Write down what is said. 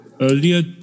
earlier